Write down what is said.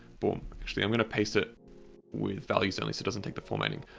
boom. actually i'm going to paste it with values only. so it doesn't take the formatting.